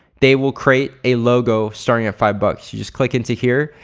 they will create a logo starting at five bucks. you just click into here,